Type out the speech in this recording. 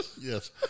Yes